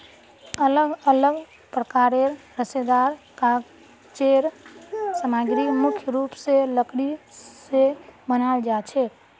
अलग अलग प्रकारेर रेशेदार कागज़ेर सामग्री मुख्य रूप स लकड़ी स बनाल जाछेक